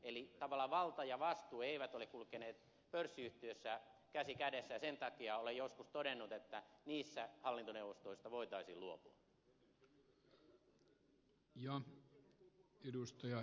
eli tavallaan valta ja vastuu eivät ole kulkeneet pörssiyhtiöissä käsi kädessä ja sen takia olen joskus todennut että niissä hallintoneuvostoista voitaisiin luopua